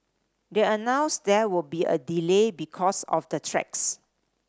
they announced there would be a delay because of the tracks